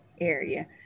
area